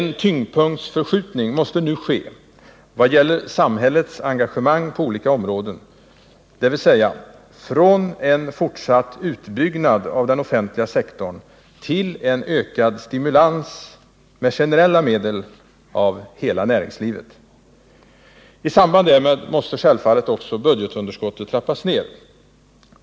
En tyngdpunktsförskjutning måste nu ske i vad gäller samhällets engagemang på olika områden, dvs. från en fortsatt utbyggnad av den offentliga sektorn till en ökad stimulans med generella medel av hela näringslivet. I samband därmed måste också budgetunderskottet trappas ned.